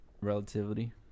relativity